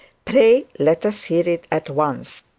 pray let us hear it at once.